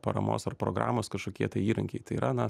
paramos ar programos kažkokie tai įrankiai tai yra na